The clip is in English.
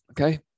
okay